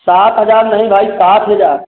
सात हज़ार नहीं भाई साठ हज़ार